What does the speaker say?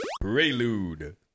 prelude